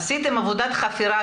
עשיתם עבודת חפירה,